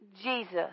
Jesus